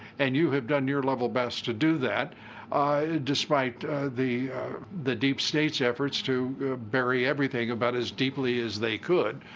and you have done your level best to do that despite the the deep state's efforts to bury e everything about as deeply as they could.